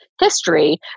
history